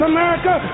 America